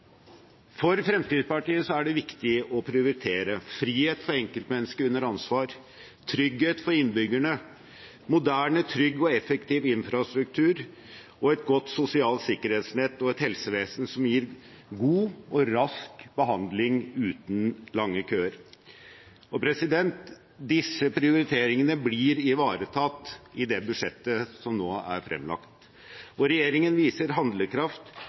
For Fremskrittspartiet er det viktig å prioritere frihet for enkeltmennesket under ansvar, trygghet for innbyggerne, moderne, trygg og effektiv infrastruktur, et godt sosialt sikkerhetsnett og et helsevesen som gir god og rask behandling uten lange køer. Disse prioriteringene blir ivaretatt i det budsjettet som nå er fremlagt. Regjeringen viser handlekraft